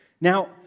Now